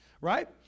Right